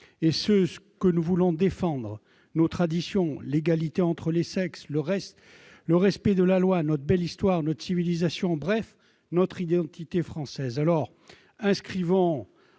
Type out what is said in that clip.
et ce que nous voulons défendre- nos traditions, l'égalité entre les sexes, le respect de la loi, notre belle histoire, notre civilisation, bref, notre identité française. Inscrivons